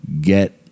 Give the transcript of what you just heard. get